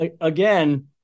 again